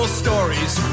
stories